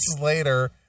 later